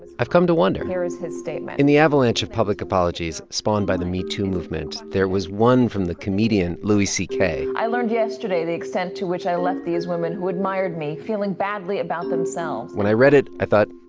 i've come to wonder. here is his statement. in the avalanche of public apologies spawned by the me too movement, there was one from the comedian louis c k i learned yesterday the extent to which i left these women, who admired me, feeling badly about themselves when i read it, i thought,